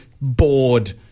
bored